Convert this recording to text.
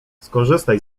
skorzystaj